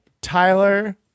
Tyler